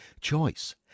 choice